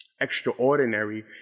extraordinary